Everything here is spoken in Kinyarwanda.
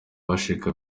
bashika